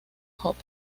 hop